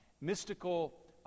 mystical